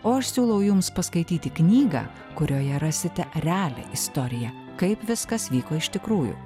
o aš siūlau jums paskaityti knygą kurioje rasite realią istoriją kaip viskas vyko iš tikrųjų